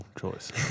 choice